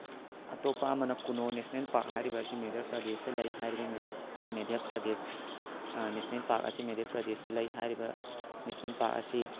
ꯑꯇꯣꯞꯄ ꯑꯃꯅ ꯀꯨꯅꯣ national park ꯍꯥꯏꯔꯤꯕ ꯑꯁꯤ ꯃꯩꯗꯄ꯭ꯔꯗꯦꯁꯇ ꯂꯩ ꯍꯥꯏꯔꯤꯕ ꯃꯩꯗꯄ꯭ꯔꯗꯦꯁ ꯅꯦꯁꯅꯦꯜ ꯄꯥꯛ ꯑꯁꯤ ꯃꯩꯗꯄ꯭ꯔꯗꯦꯁꯇ ꯂꯩ ꯍꯥꯏꯔꯤꯕ ꯅꯦꯁꯅꯦꯜ ꯄꯥꯛ ꯑꯁꯤ